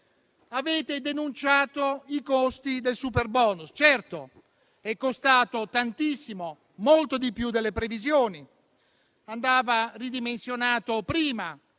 Avete denunciato i costi del superbonus. Certo, è costato tantissimo, molto di più delle previsioni e andava ridimensionato prima,